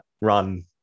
run